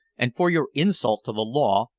and for your insult to the law,